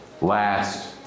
last